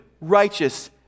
righteous